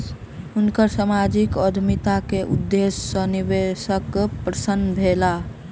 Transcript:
हुनकर सामाजिक उद्यमिता के उदेश्य सॅ निवेशक प्रसन्न भेला